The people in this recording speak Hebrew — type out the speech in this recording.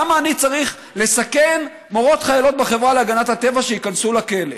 למה אני צריך לסכן מורות חיילות בחברה להגנת הטבע שייכנסו לכלא?